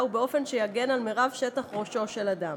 ובאופן שיגן על מרב שטח ראשו של אדם.